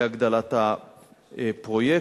להגדלת הפרויקט.